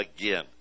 again